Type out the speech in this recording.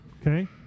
okay